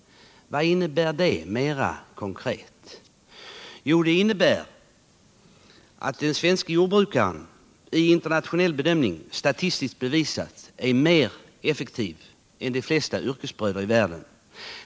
Vad innebär det mera konkret? Det innebär att den svenske jordbrukaren, i internationell bedömning statistiskt bevisat, är mer effektiv än de flesta av sina yrkesbröder i världen.